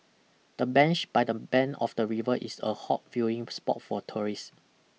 the bench by the bend of the river is a hot viewing spot for tourists